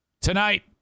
Tonight